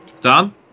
Done